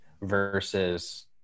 versus